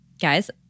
Guys